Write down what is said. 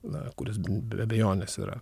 na kuris be abejonės yra